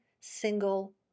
single